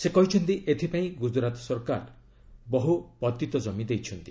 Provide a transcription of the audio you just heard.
ସେ କହିଛନ୍ତି ଏଥିପାଇଁ ଗୁକ୍ତୁରାତ ସରକାର ବହୁ ପଡ଼ିଆ କମି ଦେଇଛନ୍ତି